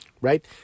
right